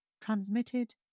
Transmitted